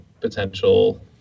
potential